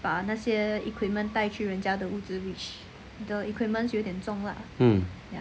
mm